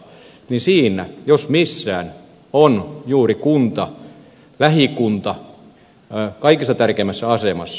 siinä jos missä on juuri kunta lähikunta kaikista tärkeimmässä asemassa